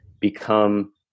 become